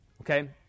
Okay